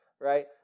right